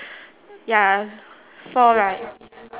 ya four right